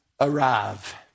arrive